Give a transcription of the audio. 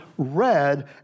read